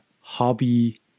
hobby